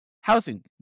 housing